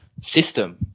system